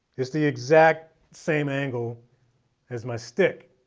it's the exact same angle as my stick.